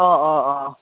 অ' অ' অ'